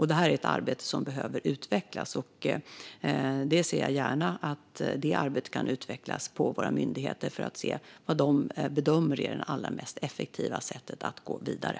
Det är ett arbete som jag gärna ser att våra myndigheter utvecklar för att bedöma vad de anser är det allra mest effektiva sättet att gå vidare.